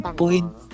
point